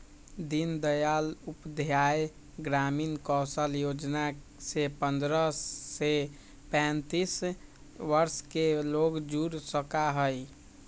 दीन दयाल उपाध्याय ग्रामीण कौशल योजना से पंद्रह से पैतींस वर्ष के लोग जुड़ सका हई